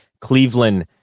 Cleveland